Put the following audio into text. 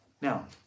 Now